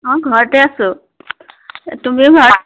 অঁ ঘৰতে আছো তুমিও ঘৰত